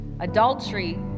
adultery